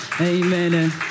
Amen